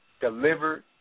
delivered